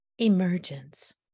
emergence